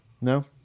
No